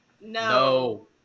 No